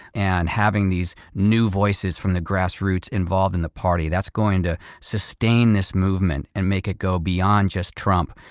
and having these new voices from the grassroots involved in the party, that's going to sustain this movement and make it go beyond just trump.